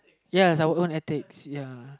yes our own ethics ya